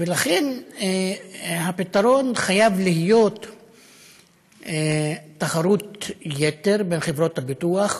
ולכן הפתרון חייב להיות תחרות יתר בין חברות הביטוח,